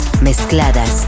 mezcladas